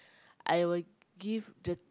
I will give the